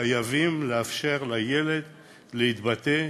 חייבים לאפשר לילד להתבטא,